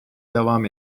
devam